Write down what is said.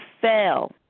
fail